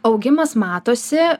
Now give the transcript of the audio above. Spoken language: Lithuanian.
augimas matosi